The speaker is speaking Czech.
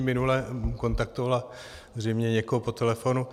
Minule kontaktovala zřejmě někoho po telefonu.